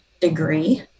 degree